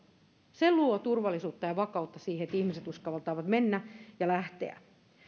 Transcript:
se luo turvallisuutta ja vakautta siihen että ihmiset uskaltavat mennä ja lähteä